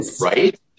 Right